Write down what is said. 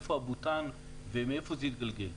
איפה הבוטאן ומאיפה זה התגלגל.